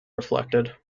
reflected